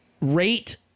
rate